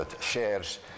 shares